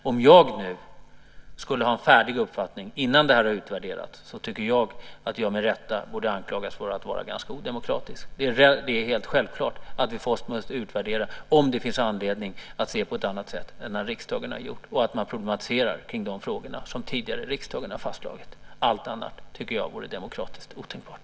Om jag nu skulle ha en färdig uppfattning innan det här har utvärderats borde jag med rätta anklagas för att vara ganska odemokratisk. Det är helt självklart att vi först måste utvärdera om det finns anledning att se på ett annat sätt än riksdagen har gjort och att man ska problematisera kring det som riksdagen tidigare har fastslagit. Allt annat tycker jag vore demokratiskt otänkbart.